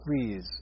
Please